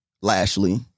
Lashley